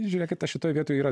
žiūrėkite šitoj vietoj yra